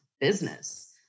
business